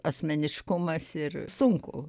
asmeniškumas ir sunku